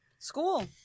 school